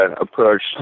approach